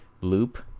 loop